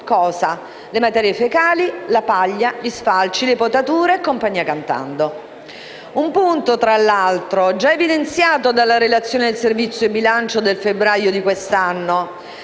le materie fecali, la paglia, gli sfalci, le potature e compagnia cantando. Questo è un punto, tra l'altro, già evidenziato dalla relazione del servizio di bilancio del febbraio di quest'anno.